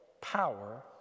power